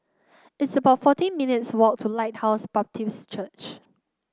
it's about fourteen minutes' walk to Lighthouse Baptist Church